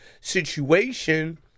situation